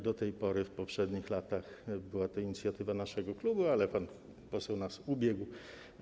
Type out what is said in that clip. Do tej pory, w poprzednich latach, była to inicjatywa naszego klubu, ale pan poseł nas ubiegł.